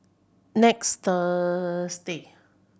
next Thursday